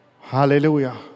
Hallelujah